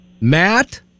Matt